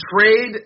trade